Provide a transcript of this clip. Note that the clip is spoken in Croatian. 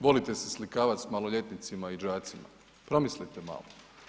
Volite se slikavati sa maloljetnicima i đacima, promislite malo.